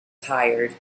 tired